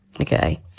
Okay